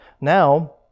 now